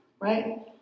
right